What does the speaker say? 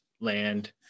land